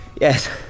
Yes